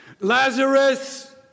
Lazarus